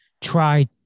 try